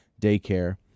daycare